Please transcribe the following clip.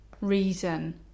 reason